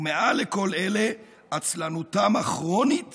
ומעל לכל אלה, עצלנותם הכרונית